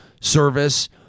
service